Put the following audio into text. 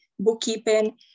bookkeeping